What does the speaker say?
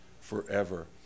forever